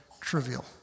trivial